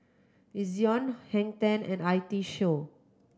Ezion Hang Ten and I T Show